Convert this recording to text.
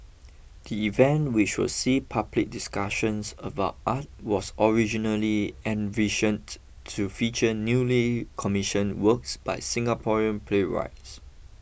the event which will see public discussions about art was originally envisioned to feature newly commission works by Singaporean playwrights